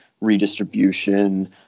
redistribution